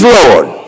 Lord